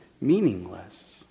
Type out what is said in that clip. meaningless